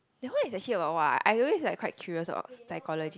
that one is actually about what ah I always like quite curious about psychology